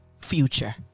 future